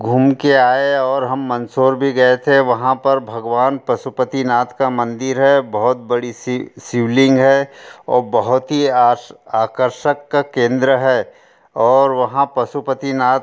घूम के आए और हम मंदसौर भी गए थे वहाँ पर भगवान पशुपतिनाथ का मंदिर है बहुत बड़ी सी शिवलिंग है और बहुत ही आर्स आकर्षण का केन्द्र है और वहाँ पशुपतिनाथ